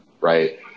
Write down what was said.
right